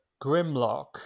Grimlock